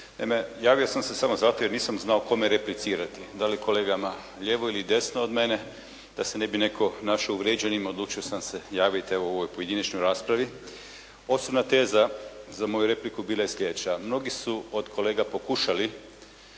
javio sam se samo zato jer nisam znao kome replicirati. Da li kolegama lijevo ili desno od mene da se ne bi netko našao uvrijeđenima odlučio sam se javiti evo u ovoj pojedinačnoj raspravi. Osnovna teza za moju repliku bila je slijedeća. Mnogi su od kolega pokušali